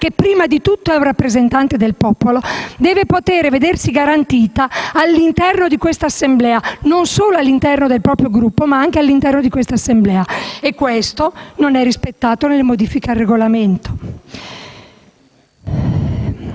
che prima di tutto è un rappresentante del popolo, deve potersi vedere garantiti all'interno di questa Assemblea: non solo all'interno del proprio Gruppo, ma anche all'interno di quest'Assemblea e questo non viene tutelato nella modifica regolamentare.